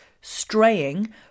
straying